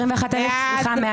מי נגד?